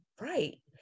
right